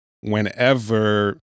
whenever